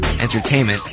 entertainment